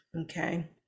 okay